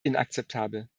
inakzeptabel